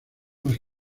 más